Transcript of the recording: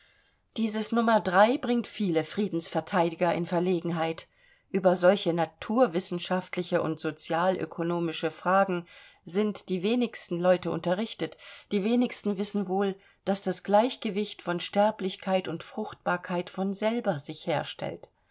dieses nr bringt viele friedensverteidiger in verlegenheit über solche naturwissenschaftliche und sozialökonomische fragen sind die wenigsten leute unterrichtet die wenigsten wissen wohl daß das gleichgewicht von sterblichkeit und fruchtbarkeit von selber sich herstellt